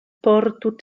portu